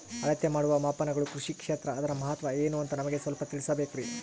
ಅಳತೆ ಮಾಡುವ ಮಾಪನಗಳು ಕೃಷಿ ಕ್ಷೇತ್ರ ಅದರ ಮಹತ್ವ ಏನು ಅಂತ ನಮಗೆ ಸ್ವಲ್ಪ ತಿಳಿಸಬೇಕ್ರಿ?